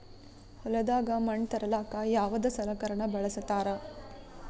ಹೊಲದಾಗ ಮಣ್ ತರಲಾಕ ಯಾವದ ಸಲಕರಣ ಬಳಸತಾರ?